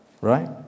Right